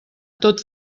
tot